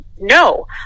no